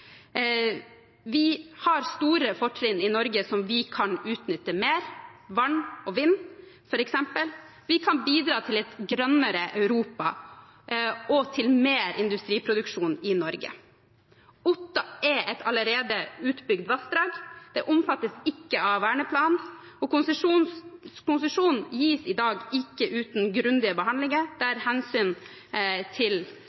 Vi har store fortrinn i Norge som vi kan utnytte mer, f.eks. vann og vind. Vi kan bidra til et grønnere Europa og til mer industriproduksjon i Norge. Otta er et allerede utbygd vassdrag. Det omfattes ikke av verneplanen, og konsesjon gis i dag ikke uten grundig behandling der hensynet til